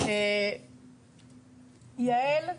יעל,